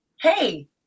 hey